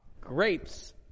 grapes